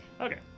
Okay